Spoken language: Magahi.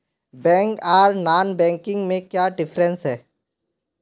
बैंक आर नॉन बैंकिंग में क्याँ डिफरेंस है?